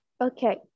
okay